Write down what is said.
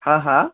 হা হা